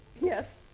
Yes